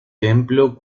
templo